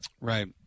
Right